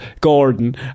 Gordon